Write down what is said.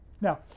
Now